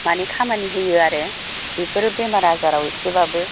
मानि खामानि होयो आरो बेफोरो बेमार आजाराव एसेब्लाबो